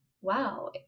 wow